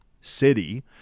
city